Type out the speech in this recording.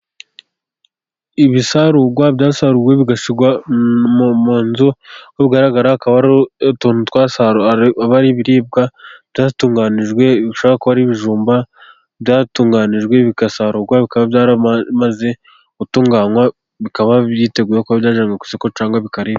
Ibisarurwa byasaruwe bigashyirwa mu nzu, uko bigaragara akaba ari utuntu twasaruwe, aba ari ibiribwa byatunganijwe bishobora kuba ari ibijumba byatunganijwe, bigasarurwa, bikaba byaramaze gutunganywa, bikaba byiteguye kuba byajyanwa ku isoko cyangwa bikaribwa.